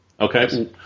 Okay